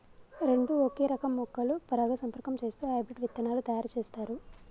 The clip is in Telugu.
రెండు ఒకే రకం మొక్కలు పరాగసంపర్కం చేస్తూ హైబ్రిడ్ విత్తనాలు తయారు చేస్తారు